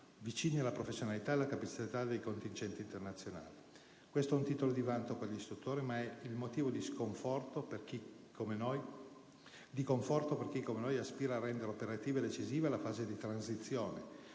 vicina alla professionalità del contingente internazionale. Questo è un titolo di vanto per gli istruttori, ma è soprattutto un motivo di conforto per chi, come noi, aspira a rendere operativa e decisiva la fase di transizione,